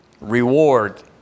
reward